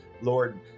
Lord